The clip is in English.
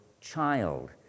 child